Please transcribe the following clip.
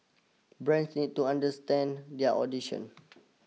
brand need to understand their audition